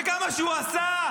וכמה שהוא עשה.